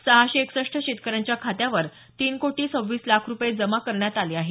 सहाशे एकसष्ट शेतकऱ्यांच्या खात्यावर तीन कोटी सव्वीस लाख रुपये जमा करण्यात आले आहेत